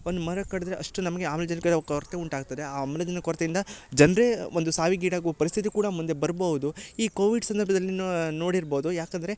ಒಂದು ಮರ ಕಡ್ದ್ರೆ ಅಷ್ಟು ನಮಗೆ ಆಮ್ಲಜನಕದ ಕೊರತೆ ಉಂಟಾಗ್ತದೆ ಆ ಆಮ್ಲಜನಕ ಕೊರ್ತೆಯಿಂದ ಜನರೆ ಒಂದು ಸಾವಿಗೀಡಾಗುವ ಪರಿಸ್ಥಿತಿ ಕೂಡ ಮುಂದೆ ಬರ್ಬೋದು ಈ ಕೋವಿಡ್ ಸಂದರ್ಭದಲ್ಲಿ ನೋಡಿರ್ಬೋದು ಯಾಕಂದರೆ